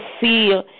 fear